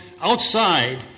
outside